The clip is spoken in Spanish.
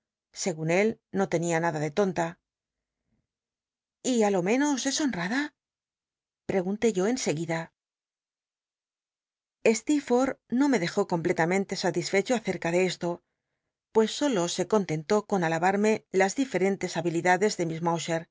de l n vla de tonla y ú jo menos es honrada pa cgunté yo en seguida stccrfurth no me dejó com pletamente ati sfedao acerca de esto mes solo se contentó con ahtbarmc las diferen tes ha bilidades de